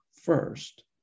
first